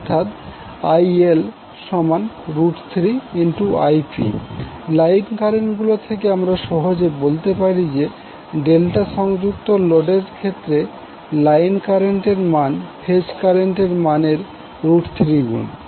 অর্থাৎ IL3Ip line current গুলি থেকে আমরা সহজে বলতে পারি যে ডেল্টা সংযুক্ত লোডের ক্ষেত্রে লাইন কারেন্টের মান ফেজ কারেন্টের মানের 3 গুন